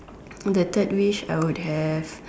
the third wish I would have